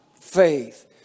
faith